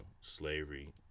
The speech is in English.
slavery